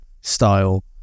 style